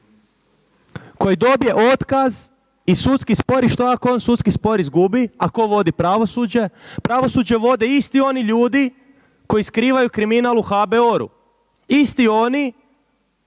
koji dobije otkaz i sudski spor, i što ako on sudski spor izgubi a ko vodi pravosuđe, pravosuđe vode isti oni ljudi koji skrivaju kriminal u HBOR-u, isti oni